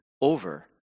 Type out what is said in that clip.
over